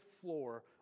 floor